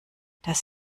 das